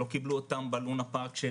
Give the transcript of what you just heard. שלא קיבלו אותם בלונה פארק.